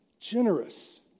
generous